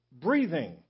breathing